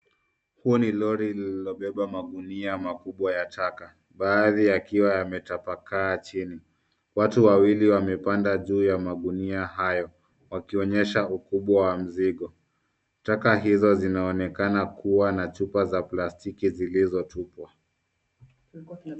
Huo ni lori lililobeba magunia makubwa ya taka, baadhi yakiwa yametapakaa chini. Watu wawili wamepanda juu ya magunia hayo wakionyesha ukubwa wa mzigo. Taka hizo zinaonekana kuwa na chupa za plastiki zilizotupwa.